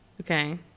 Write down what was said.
okay